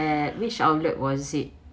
at which outlet was it